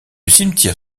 cimetière